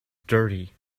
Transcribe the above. dirty